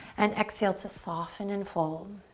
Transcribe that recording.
and exhale to soften and fold.